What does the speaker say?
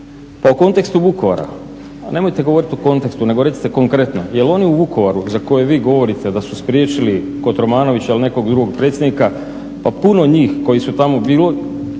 pa u kontekstu Vukovara nemojte govorit u kontekstu nego recite konkretno jer oni u Vukovaru za koje vi govorite da su spriječili Kotromanovića ili nekog drugog predsjednika, pa puno njih koji su tamo bili